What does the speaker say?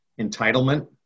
entitlement